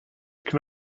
can